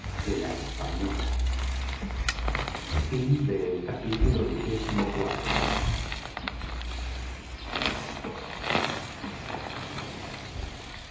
anterior la española